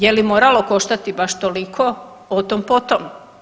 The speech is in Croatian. Je li moralo koštati baš toliko o tom po tom.